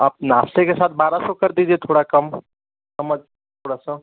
आप नाश्ते के साथ बारह सौ कर दीजिए थोड़ा कम कम मद थोड़ा सा